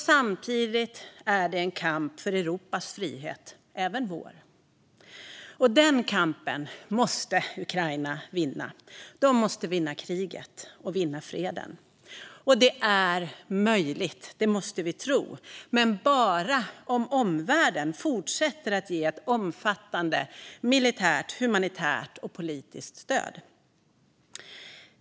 Samtidigt är det en kamp för Europas frihet och även vår. Den kampen måste Ukraina vinna. Ukraina måste vinna kriget och vinna freden. Det är möjligt. Det måste vi tro. Men det är möjligt bara om omvärlden fortsätter att ge ett omfattande militärt, humanitärt och politiskt stöd.